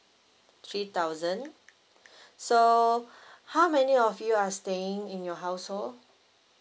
three thousand so how many of you are staying in your household